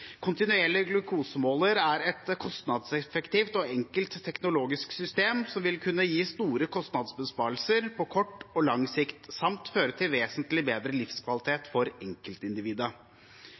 Kontinuerlig glukosemåler er et kostnadseffektivt og enkelt teknologisk system som vil kunne gi store kostnadsbesparelser på kort og lang sikt, samt føre til vesentlig bedre livskvalitet for